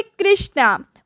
Krishna